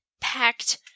packed